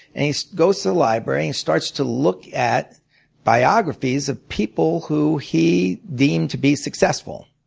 and he so goes to the library and starts to look at biographies of people who he deemed to be successful,